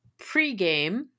pregame